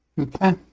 Okay